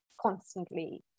constantly